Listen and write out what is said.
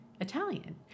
Italian